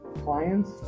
clients